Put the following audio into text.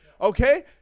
Okay